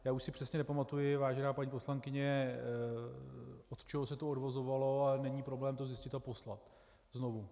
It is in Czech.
Já už si přesně nepamatuji, vážená paní poslankyně, od čeho se to odvozovalo, ale není problém to zjistit a poslat znovu.